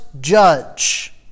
judge